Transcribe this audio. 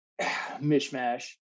mishmash